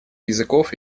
языков